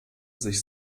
sich